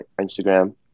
Instagram